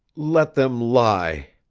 let them lie.